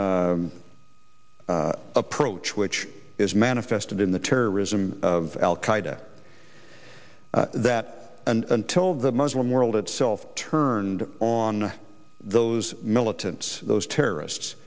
d approach which is manifested in the terrorism of al qaeda that and until the muslim world itself turned on those militants those terrorists